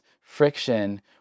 friction